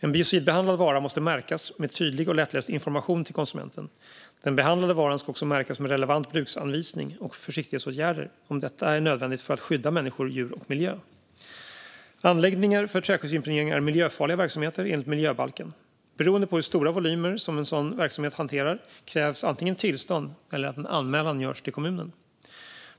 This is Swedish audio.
En biocidbehandlad vara måste märkas med tydlig och lättläst information till konsumenten. Den behandlade varan ska också märkas med relevant bruksanvisning och försiktighetsåtgärder, om detta är nödvändigt för att skydda människor, djur och miljö. Anläggningar för träskyddsimpregnering är miljöfarliga verksamheter enligt miljöbalken. Beroende på hur stora volymer en sådan verksamhet hanterar krävs antingen tillstånd eller att en anmälan görs till kommunen.